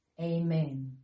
Amen